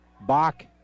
Bach